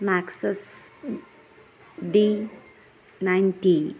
Maxus D ninety